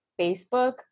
Facebook